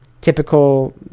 typical